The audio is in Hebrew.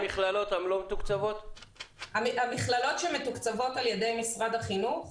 המכללות שמתוקצבות על ידי משרד החינוך,